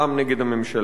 העם נגד הממשלה.